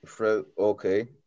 Okay